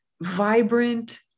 vibrant